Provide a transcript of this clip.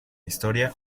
historia